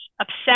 obsessed